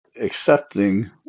accepting